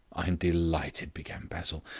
i am delighted, began basil,